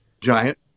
giant